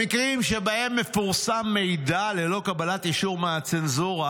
במקרים שבהם מפורסם מידע ללא קבלת אישור מהצנזורה,